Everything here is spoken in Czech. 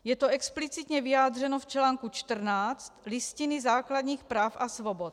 Je to explicitně vyjádřeno v článku 14 Listiny základních práv a svobod.